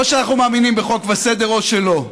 או שאנחנו מאמינים בחוק וסדר או שלא.